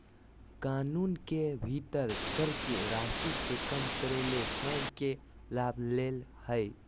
कानून के भीतर कर के राशि के कम करे ले स्वयं के लाभ ले हइ